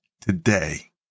today